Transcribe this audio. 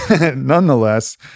nonetheless